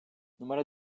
numara